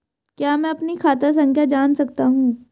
क्या मैं अपनी खाता संख्या जान सकता हूँ?